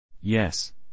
Yes